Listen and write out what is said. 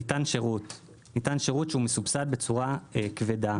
ניתן שירות שהוא מסובסד בצורה כבדה.